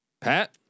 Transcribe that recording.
Pat